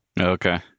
Okay